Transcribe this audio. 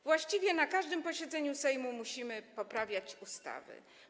Właściwie na każdym posiedzeniu Sejmu musimy poprawiać ustawy.